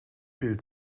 bild